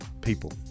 people